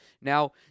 Now